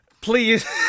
Please